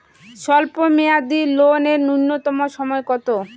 স্বল্প মেয়াদী লোন এর নূন্যতম সময় কতো?